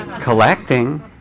collecting